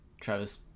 Travis